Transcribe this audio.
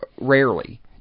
rarely